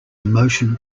motion